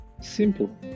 Simple